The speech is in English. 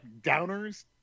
downers